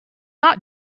not